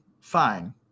fine